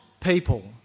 people